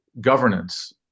governance